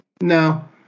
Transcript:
No